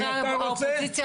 חברי האופוזיציה,